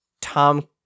tom